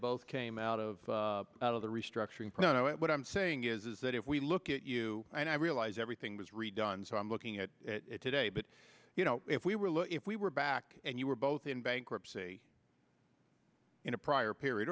both came out of out of the restructuring plan no what i'm saying is is that if we look at you and i realize everything was redone so i'm looking at it today but you know if we were look if we were back and you were both in bankruptcy in a prior period